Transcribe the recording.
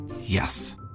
Yes